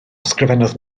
ysgrifennodd